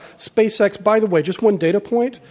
spacex. by the way, just one data point.